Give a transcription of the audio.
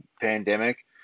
pandemic